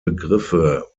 begriffe